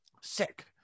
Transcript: sick